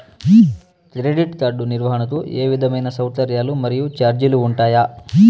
Credit card నిర్వహణకు ఏ విధమైన సౌకర్యాలు మరియు చార్జీలు ఉంటాయా?